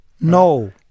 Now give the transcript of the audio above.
No